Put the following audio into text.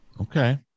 Okay